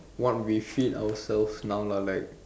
what we feed ourselves now lah like